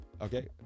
Okay